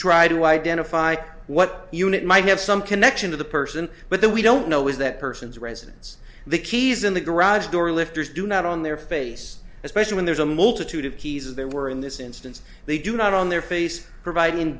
try to identify what unit might have some connection to the person but that we don't know is that person's residence the keys in the garage door lifters do not on their face especially when there's a multitude of keys as there were in this instance they do not on their face providing